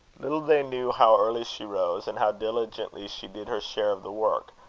little they knew how early she rose, and how diligently she did her share of the work,